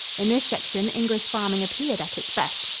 in this section english farming appeared at its best.